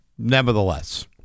nevertheless